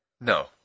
No